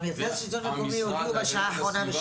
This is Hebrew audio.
המרכז לשלטון המקומי הודיעו בשעה האחרונה,